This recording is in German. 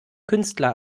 künstler